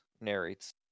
narrates